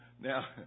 Now